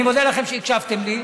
אני מודה לכם שהקשבתם לי.